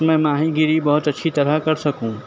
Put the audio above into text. میں ماہی گیری بہت اچھی طرح کر سکوں